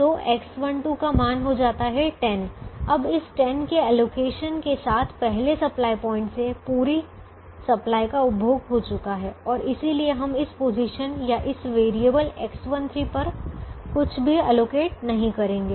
तो X12 का मान हो जाता है 10 अब इस 10 के एलोकेशन के साथ पहले सप्लाई पॉइंट से पूरी सप्लाई का उपभोग हो चुका है और इसलिए हम इस पोजीशन या इस वेरिएबल X13 पर कुछ भी आवंटित नहीं करेंगे